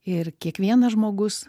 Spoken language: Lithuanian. ir kiekvienas žmogus